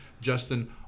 Justin